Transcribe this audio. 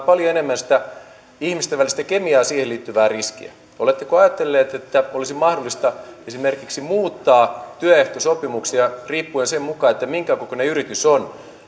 paljon enemmän sitä ihmisten välistä kemiaa ja siihen liittyvää riskiä oletteko ajatelleet että olisi mahdollista esimerkiksi muuttaa työehtosopimuksia sen mukaan minkä kokoinen yritys on